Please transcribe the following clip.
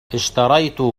اِشتريت